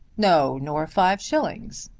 no, nor five shillings,